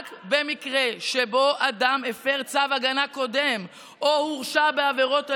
רק במקרה שבו אדם הפר צו הגנה קודם או הורשע בעבירות אלימות,